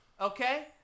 okay